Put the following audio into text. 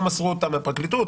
לא מסרו אותה מהפרקליטות,